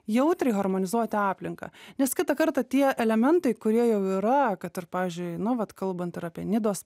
jautriai harmonizuoti aplinką nes kitą kartą tie elementai kurie jau yra kad ir pavyzdžiui nu vat kalbant ir apie nidos